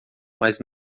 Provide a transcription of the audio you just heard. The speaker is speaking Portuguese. mas